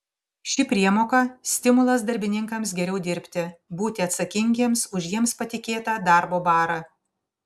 ši priemoka stimulas darbininkams geriau dirbti būti atsakingiems už jiems patikėtą darbo barą